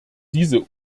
diese